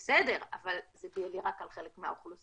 בסדר, אבל זה BLE רק על חלק מהאוכלוסייה.